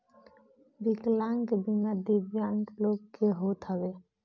विकलांग बीमा दिव्यांग लोग के होत हवे